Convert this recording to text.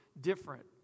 different